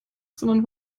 sondern